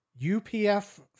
UPF